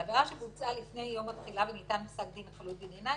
על העבירה שבוצעה לפני יום התחילה וניתן פסק דין חלוט בעניינה,